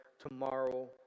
tomorrow